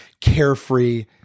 carefree